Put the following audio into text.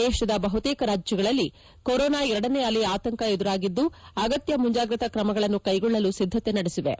ದೇಶದ ಬಹುತೇಕ ರಾಜ್ಯಗಳಲ್ಲಿ ಕೊರೊನಾ ಎರಡನೇ ಅಲೆಯ ಆತಂಕ ಎದುರಾಗಿದ್ಲು ಅಗತ್ತ ಮುಂಜಾಗ್ರತಾ ಕ್ರಮಗಳನ್ನು ಕ್ಷೆಗೊಳ್ಳಲು ಸಿದ್ದತೆ ನಡೆಸಿವೆ